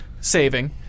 saving